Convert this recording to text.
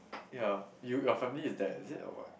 ya you your family is there is it or what